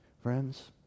Friends